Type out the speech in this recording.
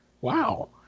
wow